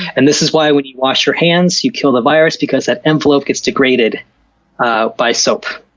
and this is why when you wash your hands you kill the virus, because that envelope gets degraded by soap.